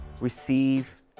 receive